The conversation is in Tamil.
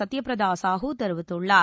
சத்தியபிரதா சாஹு தெரிவித்துள்ளார்